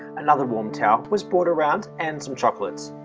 another warm towel was bought around and some chocolates.